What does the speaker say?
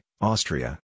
Austria